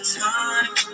time